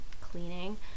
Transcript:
cleaning